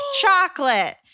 chocolate